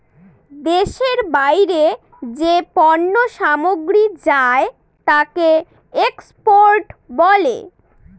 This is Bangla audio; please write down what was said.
দেশের বাইরে যে পণ্য সামগ্রী যায় তাকে এক্সপোর্ট বলে